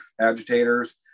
agitators